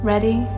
Ready